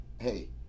Hey